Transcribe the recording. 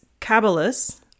cabalus